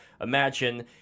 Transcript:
imagine